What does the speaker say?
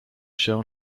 się